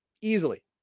Easily